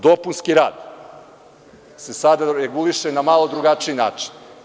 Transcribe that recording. Dopunski rad se sada reguliše na malo drugačiji način.